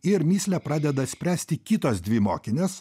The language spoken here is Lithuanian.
ir mįslę pradeda spręsti kitos dvi mokinės